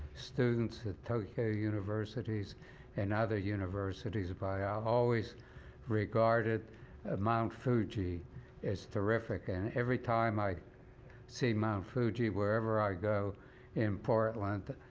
students at tokyo universities and other universities by ah always regarded ah immunity fuji as terrific. and every time i see mount fuji wherever i go in portland,